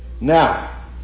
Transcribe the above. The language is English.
Now